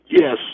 yes